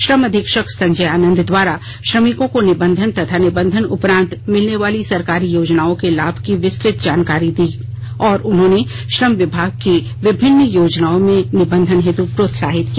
श्रम अधीक्षक संजय आनंद द्वारा श्रमिकों को निबंधन तथा निबंधन उपरांत मिलने वाले सरकारी योजनाओं के लाभ की विस्तृत जानकारी दी और उन्हें श्रम विभाग की विभिन्न योजनाओं में निबंधन हेतु प्रोत्साहित किया